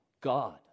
God